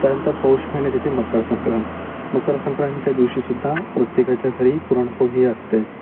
त्यानंतर पौष म्हने तिथे मकर संक्रांत मकर संक्रांतीच्या दिवशी सुद्धा प्रत्येकाच्या घरी पुरणपोळी असतेच